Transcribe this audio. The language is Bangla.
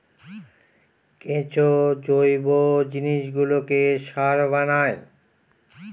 কেঁচো জৈব জিনিসগুলোকে সার বানায়